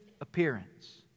appearance